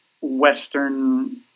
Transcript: Western